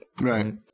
Right